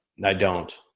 and i don't.